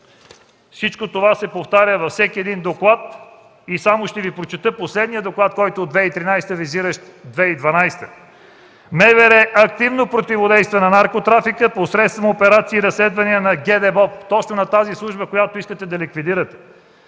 Всичко това се повтаря във всеки един доклад. Ще Ви прочета цитат от последния доклад, който е от 2013 г., визиращ 2012 г.: „МВР активно противодейства на наркотрафика посредством операции и разследване на ГДБОП”. Точно тази служба Вие искате да ликвидирате.